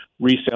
resale